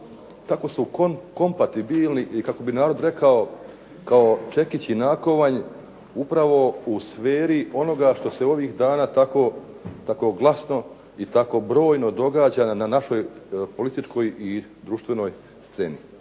tako su kompatibilni, i kako bi narod rekao kao čekić i nakovanj, upravo u sferi onoga što se ovih dana tako glasno i tako brojno događa na našoj političkoj i društvenoj sceni.